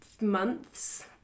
months